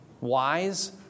wise